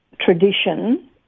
tradition